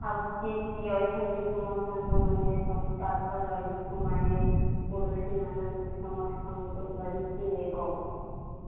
ଆଉ କିଏ କିଏ ଅଛନ୍ତି ତୁମ ସାଙ୍ଗମାନେ ତାଙ୍କ ପାଖର ଲୋକମାନେ ପଡ଼ୋଶୀମାନଙ୍କୁ ସମସ୍ତଙ୍କୁ ଧରିକି ନେବ